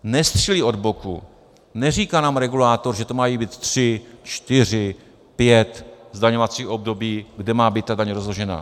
Nestřílí od boku, neříká nám regulátor, že to mají být tři, čtyři, pět zdaňovacích období, kde má být ta daň rozložena.